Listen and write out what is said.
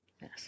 Yes